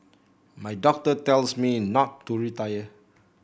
my doctor tells me not to retire